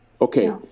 Okay